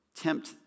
tempt